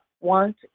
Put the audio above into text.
want